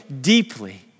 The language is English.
deeply